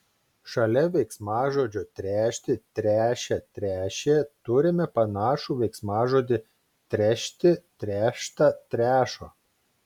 šalia veiksmažodžio tręšti tręšia tręšė turime panašų veiksmažodį trešti tręšta trešo